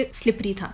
slippery